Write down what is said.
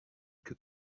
que